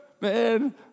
man